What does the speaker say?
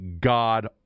god